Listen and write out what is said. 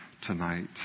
tonight